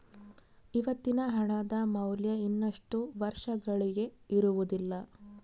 ಇವತ್ತಿನ ಹಣದ ಮೌಲ್ಯ ಇನ್ನಷ್ಟು ವರ್ಷಗಳಿಗೆ ಇರುವುದಿಲ್ಲ